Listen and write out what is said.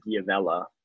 Diavella